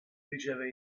riceve